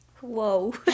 Whoa